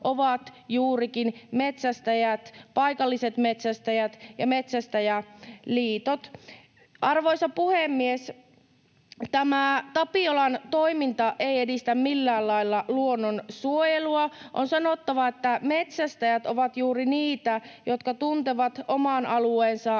ovat juurikin metsästäjät, paikalliset metsästäjät ja metsästäjäliitot. Arvoisa puhemies! Tämä Tapiolan toiminta ei edistä millään lailla luonnonsuojelua. On sanottava, että metsästäjät ovat juuri niitä, jotka tuntevat oman alueensa karhu-